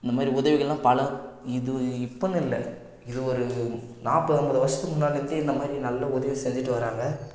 இந்த மாரி உதவிகளெலாம் பல இது இப்போன்னு இல்லை இது ஒரு நாற்பது ஐம்பது வருஷத்துக்கு முன்னாடிலேருந்தே இந்த மாதிரி நல்ல உதவி செஞ்சுட்டு வராங்க